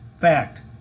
Fact